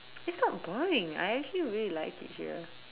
it's not boring I actually really like it here